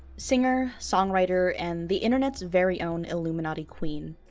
singer, songwriter and the internet's very own illuminati queen.